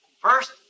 First